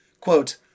Quote